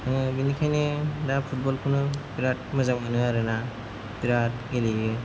आङो बिनिखायनो दा फुटबलखौनो बेराद मोजां मोनो आरोना बेराद गेलेयो